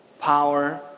power